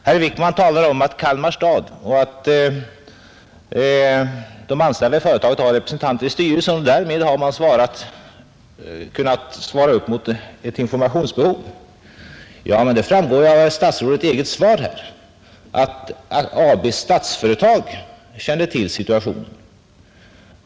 Herr Wickman säger att Kalmar stad och de anställda i företaget har representanter i styrelsen och att man därmed kunnat svara upp mot ett informationsbehov. Det framgår ju av statsrådets eget svar att Statsföretag AB kände till situationen.